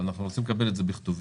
אבל אנחנו רוצים לקבל את זה בכתובים,